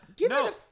No